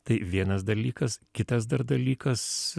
tai vienas dalykas kitas dar dalykas